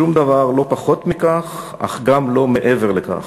שום דבר לא פחות מכך, אך גם לא מעבר לכך,